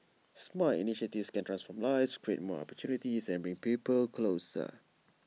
smart initiatives can transform lives create more opportunities and bring people closer